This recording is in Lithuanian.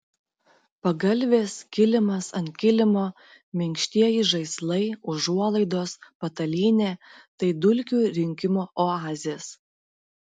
pagalvės kilimas ant kilimo minkštieji žaislai užuolaidos patalynė tai dulkių rinkimo oazės